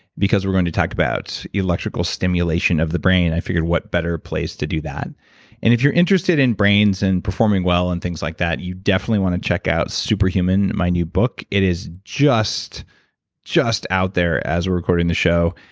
because we're going to talk about electrical stimulation of the brain. i figured what better place to do that? and if you're interested in brains, and performing well, and things like that, you definitely want to check out super human, my new book. it is just out out there as we're recording the show,